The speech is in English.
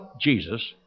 Jesus